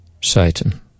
Satan